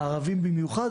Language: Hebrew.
הערבים במיוחד,